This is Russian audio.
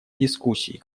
дискуссий